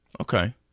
Okay